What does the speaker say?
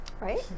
Right